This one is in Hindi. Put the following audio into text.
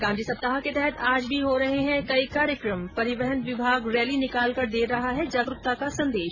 गांधी सप्ताह के तहत आज भी हो रहे है कई कार्यक्रम परिवहन विभाग रैली निकालकर दे रहा है जागरूकता का संदेश